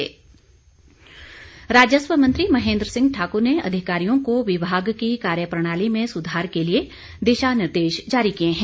राजस्व राजस्व मंत्री महेन्द्र सिंह ठाकुर ने अधिकारियों को विभाग की कार्यप्रणाली में सुधार के लिए दिशा निर्देश जारी किए हैं